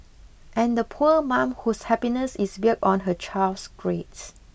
and the poor mum whose happiness is built on her child's grades